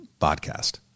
podcast